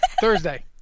Thursday